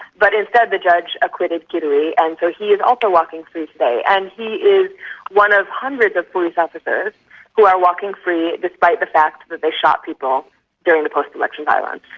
but instead the judge acquitted kirui and so he is also walking free today, and he is one of hundreds of police ah officers who are walking free despite the fact that they shot people during the post-election violence.